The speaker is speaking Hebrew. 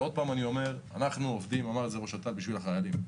כמו שאמר ראש אט"ל, אנחנו עובדים בשביל החיילים.